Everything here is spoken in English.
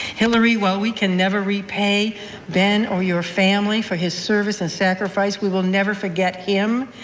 hilary, while we can never repay ben or your family for his service and sacrifice, we will never forget him,